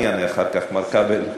אני אענה לך תכף, מר כבל היקר.